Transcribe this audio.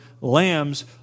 lambs